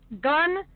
gun